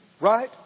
Right